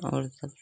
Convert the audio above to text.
और सब